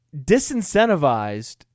disincentivized